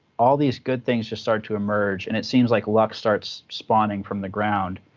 all these good things just start to emerge. and it seems like luck starts spawning from the ground